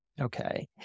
okay